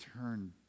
turn